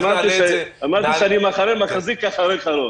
אמרתי שאני מחרה מחזיק אחריך, רון.